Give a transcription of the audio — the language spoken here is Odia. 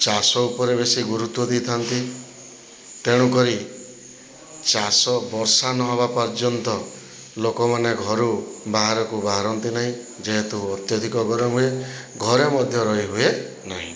ଚାଷ ଉପରେ ବେଶି ଗୁରୁତ୍ଵ ଦେଇଥାନ୍ତି ତେଣୁକରି ଚାଷ ବର୍ଷା ନହେବା ପର୍ଯ୍ୟନ୍ତ ଲୋକମାନେ ଘରୁ ବାହାରକୁ ବାହାରନ୍ତି ନାହିଁ ଯେହେତୁ ଅତ୍ୟଧିକ ଗରମ ହୁଏ ଘରେ ମଧ୍ୟ ରହିହୁଏ ନାହିଁ